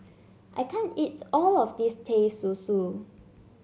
I can't eat all of this Teh Susu